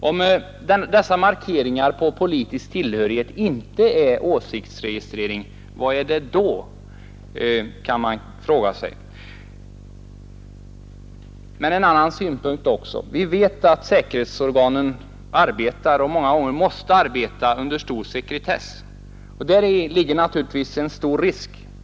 Om dessa markeringar av politisk tillhörighet inte är åsiktsregistrering, vad är det då? Vi vet att säkerhetsorganen arbetar och många gånger måste arbeta under sekretess. Däri ligger naturligtvis en stor risk.